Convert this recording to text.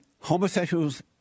homosexuals